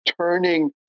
turning